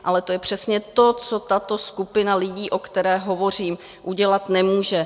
Ale to je přesně to, co tato skupina lidí, o které hovořím, udělat nemůže.